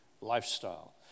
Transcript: lifestyle